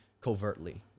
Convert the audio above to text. covertly